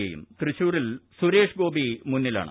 A യും തൃശൂരിൽ സുരേഷ് ഗോപി മുന്നിലാണ്